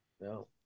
No